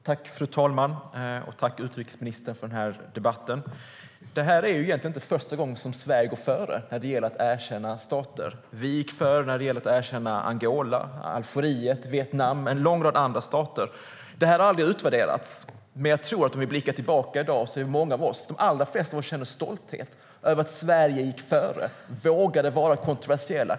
Fru talman! Jag tackar utrikesministern för debatten. Detta är egentligen inte första gången som Sverige går före när det gäller att erkänna stater. Vi gick före när det gällde att erkänna Angola, Algeriet, Vietnam och en lång rad andra stater. Det har aldrig utvärderats, men om vi blickar tillbaka tror jag att de allra flesta i dag känner stolthet över att Sverige gick före och vågade vara kontroversiellt.